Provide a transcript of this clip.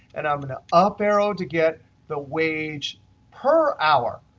and i'm going to up arrow to get the wage per hour.